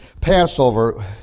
Passover